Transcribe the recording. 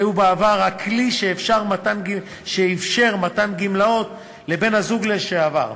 שהיו בעבר הכלי שאפשר מתן גמלאות לבן-הזוג לשעבר.